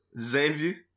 Xavier